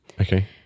Okay